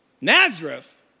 Nazareth